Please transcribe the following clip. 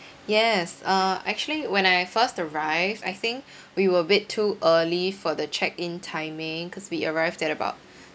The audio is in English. yes uh actually when I first arrived I think we were a bit too early for the check in timing cause we arrived at about